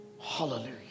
Hallelujah